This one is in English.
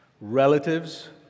relatives